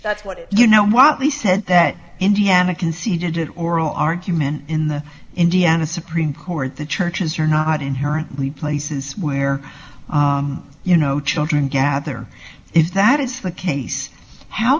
that's what you know what we said that indiana conceded to oral argument in the indiana supreme court the churches are not inherently places where you know children gather if that is the case how